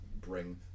bring